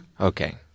Okay